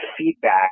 feedback